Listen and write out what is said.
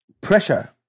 pressure